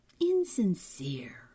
insincere